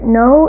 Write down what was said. no